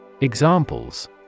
Examples